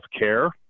healthcare